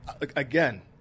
again